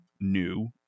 new